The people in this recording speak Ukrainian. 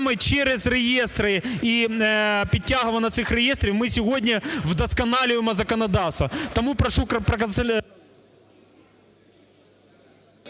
через реєстри і підтягування цих реєстрів ми сьогодні вдосконалюємо законодавство. Тому прошу… ГОЛОВУЮЧИЙ.